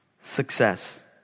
Success